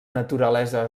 naturalesa